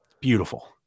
beautiful